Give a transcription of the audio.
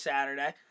Saturday